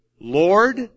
Lord